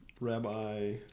Rabbi